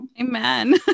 amen